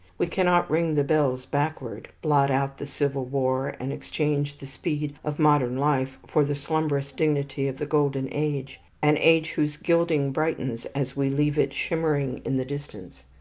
we cannot ring the bells backward, blot out the civil war, and exchange the speed of modern life for the slumberous dignity of the golden age an age whose gilding brightens as we leave it shimmering in the distance.